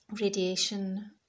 radiation